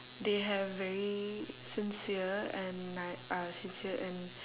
they have very sincere and like uh sincere and